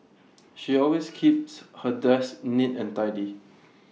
she always keeps her desk neat and tidy